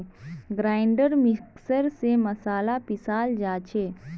grinder mixer स मसाला पीसाल जा छे